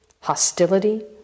hostility